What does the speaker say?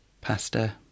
pasta